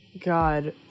God